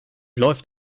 läuft